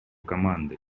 команды